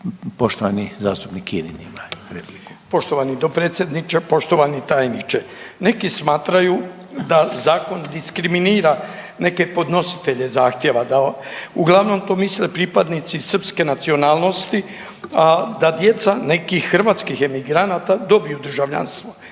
Poštovani zastupnik Kirin ima